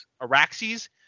Araxes